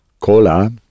cola